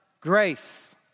grace